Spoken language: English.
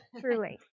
truly